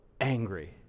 angry